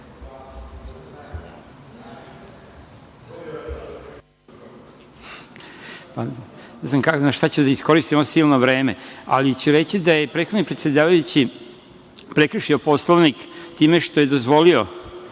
Ne znam na šta ću da iskoristim ovo silno vreme, ali ću reći da je prethodni predsedavajući prekršio Poslovnik time što je dozvolio